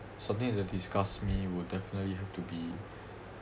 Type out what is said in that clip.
something that disgust me would definitely have to be